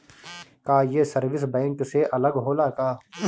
का ये service bank से अलग होला का?